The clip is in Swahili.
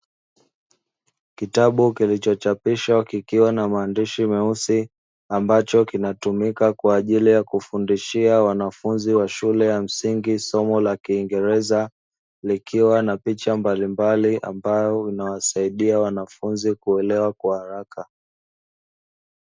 Kitabu kilichochapishwa kikiwa na maandishi meusi, ambacho kinatumika kwa ajili ya kufundishia wanafunzi wa shule ya msingi, somo la kiingereza, likiwa na picha mbalimbali, ambayo inawasaidia wanafunzi kuelewa kwa haraka.